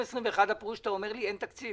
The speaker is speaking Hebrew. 2021, הפירוש של מה שאתה אומר לי, אין תקציב.